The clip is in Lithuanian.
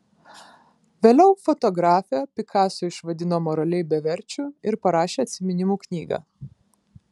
vėliau fotografė picasso išvadino moraliai beverčiu ir parašė atsiminimų knygą